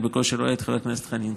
אני בקושי רואה את חבר הכנסת חנין,